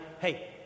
Hey